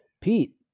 Pete